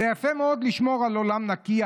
// זה יפה מאוד לשמור על עולם נקי,